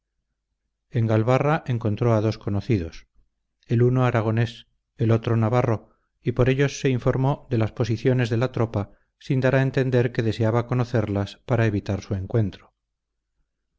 en galbarra encontró a dos conocidos el uno aragonés el otro navarro y por ellos se informó de las posiciones de la tropa sin dar a entender que deseaba conocerlas para evitar su encuentro